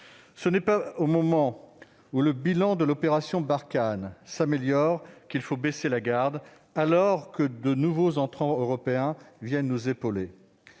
Ce n'est pas au moment où le bilan de l'opération Barkhane s'améliore, alors que de nouveaux entrants européens viennent nous épauler,